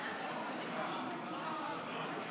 הכנסת גינזבורג,